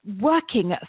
working